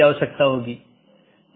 बल्कि कई चीजें हैं